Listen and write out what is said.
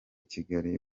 kigali